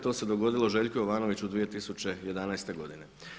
To se dogodilo Željku Jovanoviću 2011. godine.